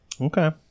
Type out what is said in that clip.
okay